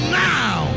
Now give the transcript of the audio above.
now